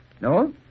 No